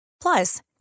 Plus